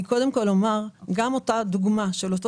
אני קודם כל אומר שגם אותה דוגמה של אותו